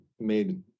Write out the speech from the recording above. made